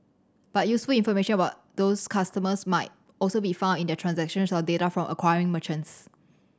but useful information about those customers might also be found in their transactions or data from acquiring merchants